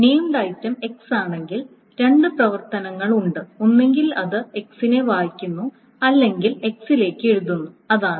named item x ആണെങ്കിൽ രണ്ട് പ്രവർത്തനങ്ങൾ ഉണ്ട് ഒന്നുകിൽ അത് x നെ വായിക്കുന്നു അല്ലെങ്കിൽ x ലേക് എഴുതുന്നു അതാണ്